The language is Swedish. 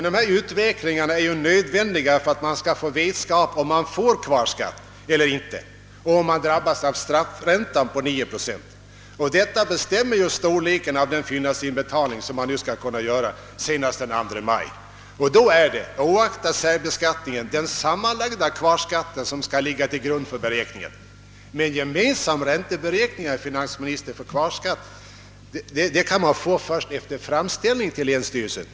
Dessa uträkningar är ju nödvändiga för att man skall få veta, om det blir kvarskatt eller inte och om man drabbas av straffräntan på 9 procent. Detta i sin tur bestämmer storleken av den fyllnadsinbetalning som man nu skall kunna göra senast den 2 maj. Och då är det — oaktat särbeskattningen — den sammanlagda kvarskatten som skall ligga till grund för beräkningen. Men gemensam ränteberäkning, herr finansminister, på kvarskatt kan man få först efter särskild framställning till länsstyrelsen.